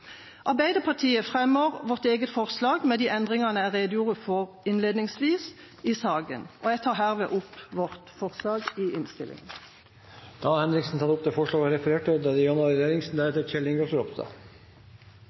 Arbeiderpartiet fremmer sitt eget forslag, med de endringene jeg redegjorde for innledningsvis i saken. Jeg tar herved opp vårt forslag i innstillingen. Representanten Kari Henriksen har tatt opp det forslaget hun refererte til. Det er